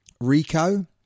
Rico